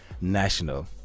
national